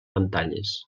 pantalles